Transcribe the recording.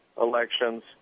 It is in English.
elections